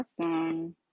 Awesome